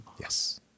Yes